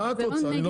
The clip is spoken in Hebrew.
מה את רוצה?